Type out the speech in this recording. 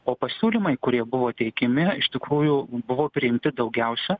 o pasiūlymai kurie buvo teikiami iš tikrųjų buvo priimti daugiausia